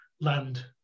land